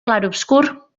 clarobscur